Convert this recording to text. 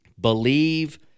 believe